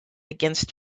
against